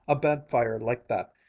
a bad fire like that,